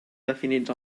definits